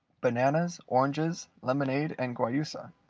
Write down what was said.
bananas, oranges, lemonade, and guayusa.